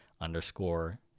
underscore